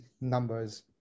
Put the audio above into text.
numbers